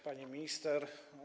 Pani Minister!